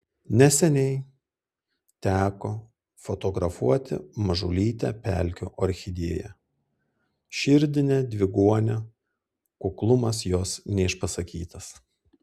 neseniai teko fotografuoti mažulytę pelkių orchidėją širdinę dviguonę kuklumas jos neišpasakytas